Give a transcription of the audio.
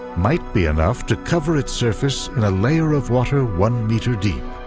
might be enough to cover its surface in a layer of water one meter deep.